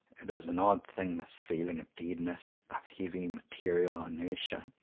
it is an odd thing this feeling of deadness, of heavy material inertia.